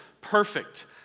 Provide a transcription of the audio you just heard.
perfect